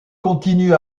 continue